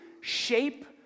shape